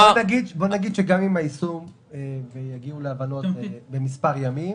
גם אם ינסו ויגיעו להבנות במספר ימים,